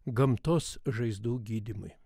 gamtos žaizdų gydymui